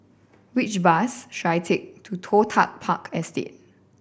which bus should I take to Toh Tuck Park Estate